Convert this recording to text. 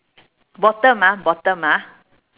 bottom ah bottom ah